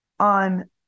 on